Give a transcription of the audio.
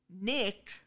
Nick